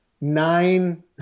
nine